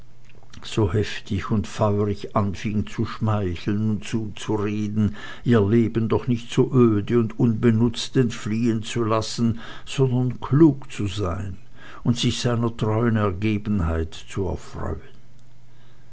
so heftig und feurig anfing zu schmeicheln und zuzureden ihr leben doch nicht so öde und unbenutzt entfliehen zu lassen sondern klug zu sein und sich seiner treuen ergebenheit zu erfreuen